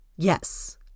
Yes